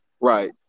Right